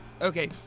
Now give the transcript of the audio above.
Okay